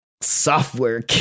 software